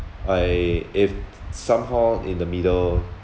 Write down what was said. I if somehow in the middle